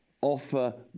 offer